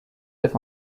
live